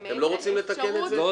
אתם לא רוצים לתקן את זה?